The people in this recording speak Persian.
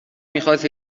میخواست